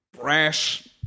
brash